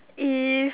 if